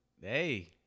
Hey